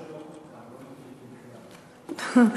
רות,